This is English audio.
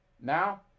Now